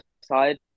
side